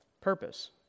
purpose